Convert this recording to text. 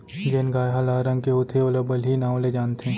जेन गाय ह लाल रंग के होथे ओला बलही नांव ले जानथें